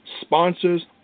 sponsors